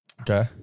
Okay